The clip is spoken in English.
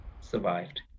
survived